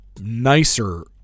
nicer